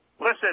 Listen